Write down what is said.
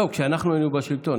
טוב, כשאנחנו היינו בשלטון.